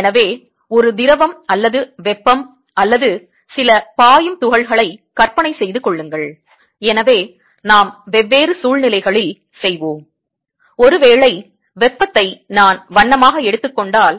எனவே ஒரு திரவம் அல்லது வெப்பம் அல்லது சில பாயும் துகள்களை கற்பனை செய்துகொள்ளுங்கள் எனவே நாம் வெவ்வேறு சூழ்நிலைகளில் செய்வோம் ஒருவேளை வெப்பத்தை நான் வண்ணமாக எடுத்துக்கொண்டால்